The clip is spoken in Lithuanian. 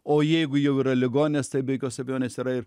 o jeigu jau yra ligonės tai be jokios abejonės yra ir